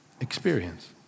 experience